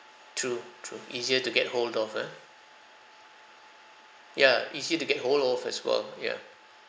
true true easier to get hold of ah ya easy to get a hold of as well ya